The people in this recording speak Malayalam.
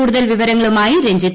കൂടുതൽ വിവരങ്ങളുമായി രഞ്ജിത്ത്